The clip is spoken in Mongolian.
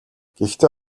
гэхдээ